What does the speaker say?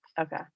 Okay